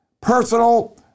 personal